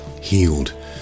healed